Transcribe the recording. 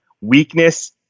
weakness